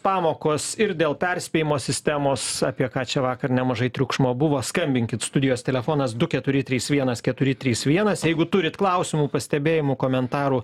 pamokos ir dėl perspėjimo sistemos apie ką čia vakar nemažai triukšmo buvo skambinkit studijos telefonas du keturi trys vienas keturi trys vienas jeigu turit klausimų pastebėjimų komentarų